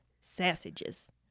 Sausages